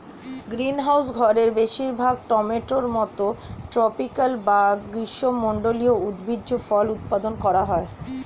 greenhouse ঘরে বেশিরভাগ টমেটোর মতো ট্রপিকাল বা গ্রীষ্মমন্ডলীয় উদ্ভিজ্জ ফল উৎপাদন করা হয়